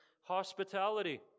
hospitality